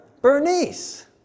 Bernice